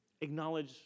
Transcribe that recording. Acknowledge